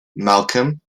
malcolm